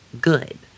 good